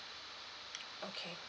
okay